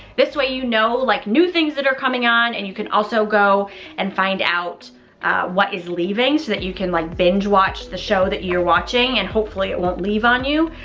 this way you know like new things that are coming on, and you can also go and find out what is leaving so that you can like binge watch the show that you're watching. and hopefully it won't leave on you.